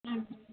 ம்